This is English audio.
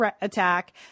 attack